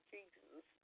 Jesus